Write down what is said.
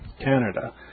Canada